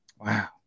Wow